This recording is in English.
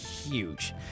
huge